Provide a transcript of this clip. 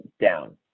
down